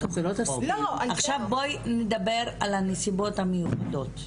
עכשיו בואי נדבר על הנסיבות המיוחדות.